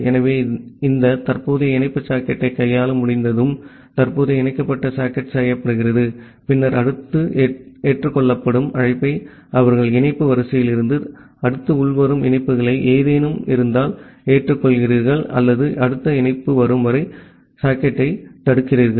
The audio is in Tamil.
ஆகவே இந்த தற்போதைய இணைப்பு சாக்கெட்டைக் கையாளுதல் முடிந்ததும் தற்போதைய இணைக்கப்பட்ட சாக்கெட் செய்யப்படுகிறது பின்னர் அடுத்த ஏற்றுக்கொள்ளும் அழைப்பை அவர்கள் இணைப்பு வரிசையில் இருந்து அடுத்த உள்வரும் இணைப்புகளை ஏதேனும் இருந்தால் ஏற்றுக்கொள்கிறார்கள் அல்லது அடுத்த இணைப்பு வரும் வரை பெறும் சாக்கெட்டைத் தடுக்கிறார்கள்